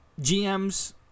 GMs